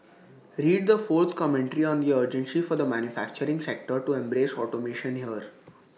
read the fourth commentary on the urgency for the manufacturing sector to embrace automation here